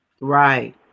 Right